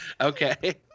Okay